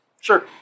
Sure